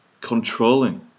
controlling